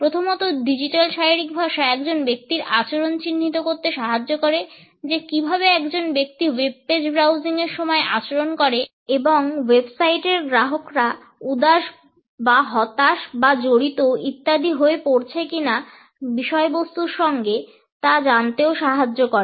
প্রথমত ডিজিটাল শারীরিক ভাষা একজন ব্যক্তির আচরণ চিহ্নিত করতে সাহায্য করে যে কিভাবে একজন ব্যক্তি ওয়েবপেজ ব্রাউজিংয়ের সময় আচরণ করে এবং ওয়েবসাইটের গ্রাহকরা উদাস বা হতাশ বা জড়িত ইত্যাদি হয়ে পড়ছে কিনা বিষয়বস্তুর সঙ্গে তা জানতেও সাহায্য করে